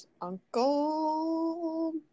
uncle